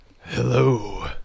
Hello